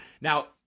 now